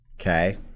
Okay